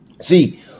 See